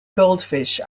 goldfish